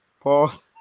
Pause